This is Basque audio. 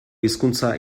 hizkuntza